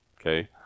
okay